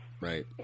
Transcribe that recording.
right